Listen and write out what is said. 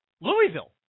Louisville